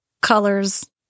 colors